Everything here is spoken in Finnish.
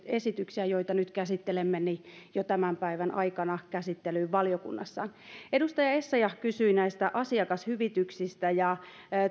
esityksiä joita nyt käsittelemme jo tämän päivän aikana käsittelyyn valiokunnassa edustaja essayah kysyi näistä asiakashyvityksistä